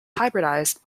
hybridized